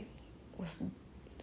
mmhmm